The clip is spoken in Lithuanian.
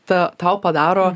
ta tau padaro